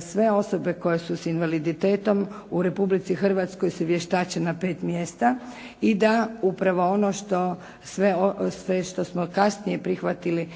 sve osobe koje su s invaliditetom u Republici Hrvatskoj se vještače na 5 mjesta i da upravo ono što, sve, sve što smo kasnije prihvatili